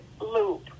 Loop